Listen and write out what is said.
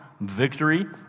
victory